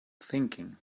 thinking